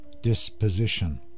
disposition